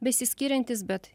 besiskiriantys bet